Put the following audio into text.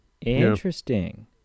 interesting